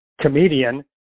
comedian